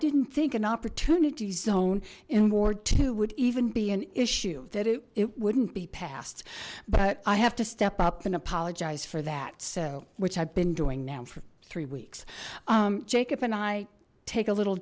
didn't think an opportunity zone in ward two would even be an issue that it wouldn't be passed but i have to step up and apologize for that so which i've been doing now for three weeks jacob and i take a little